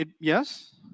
Yes